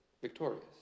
victorious